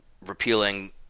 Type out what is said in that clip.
repealing